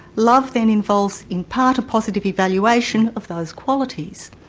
love then involves in part, a positive evaluation of those qualities.